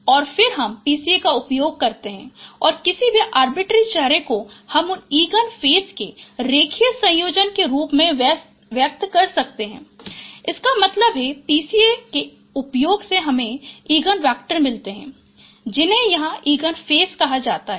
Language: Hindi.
और फिर हम PCA का उपयोग करते है और किसी भी अर्बिटरी चेहरे को हम उन इगन फेस के रैखिक संयोजन के रूप में व्यक्त कर सकते हैं इसका मतलब है PCA के उपयोग से हमें इगन वेक्टर मिलते हैं जिन्हें यहाँ इगन फेस कहा जाता है